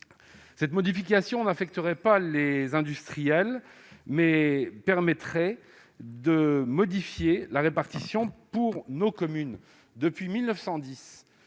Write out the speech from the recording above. Cette modification n'affecterait pas les industriels, mais elle permettrait de modifier la répartition pour nos communes. Depuis 1910,